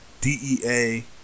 DEA